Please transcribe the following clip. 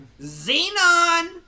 xenon